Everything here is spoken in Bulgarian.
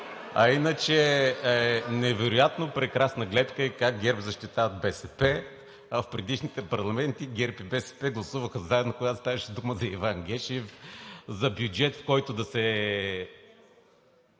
А иначе невероятно прекрасна гледка е как ГЕРБ защитават БСП, а в предишните парламенти ГЕРБ и БСП гласуваха заедно, когато ставаше дума за Иван Гешев, за бюджет, в който да се